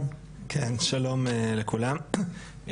שלום לכולם.